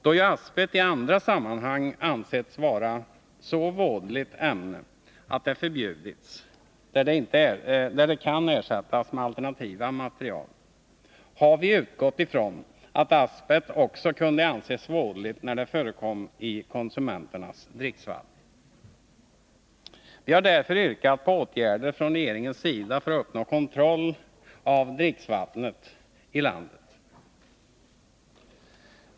Då ju asbest i andra sammanhang ansetts vara ett så vådligt ämne att det förbjudits där det kan ersättas av alternativa material, har vi utgått från att asbest också kunde anses vådligt när det förekom i konsumenternas dricksvatten. Vi har därför yrkat på åtgärder från regeringens sida för att uppnå en kontroll av dricksvattnet i landet.